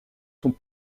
sont